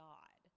God